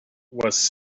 was